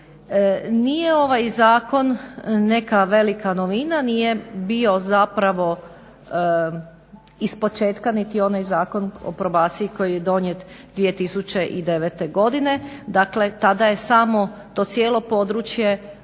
Nije ovaj zakon neka velika novina, nije bio zapravo iz početka niti onaj Zakon o probaciji koji je donijet 2009. godine, dakle tada je samo to cijelo područje